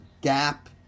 gap